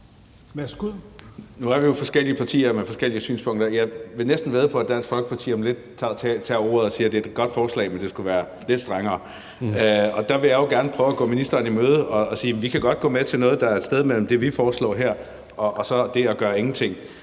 Nu er vi jo forskellige partier med forskellige synspunkter, og jeg vil næsten vædde på, at Dansk Folkeparti om lidt tager ordet og siger, at det er et godt forslag, men at det skulle være lidt strengere. Og der vil jeg jo gerne prøve at komme ministeren i møde og sige, at vi godt kan gå med til noget, der er et sted mellem det, vi foreslår her, og så det at gøre ingenting.